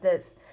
~thers